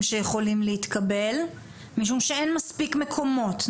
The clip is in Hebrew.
שיכולים להתקבל משום שאין מספיק מקומות.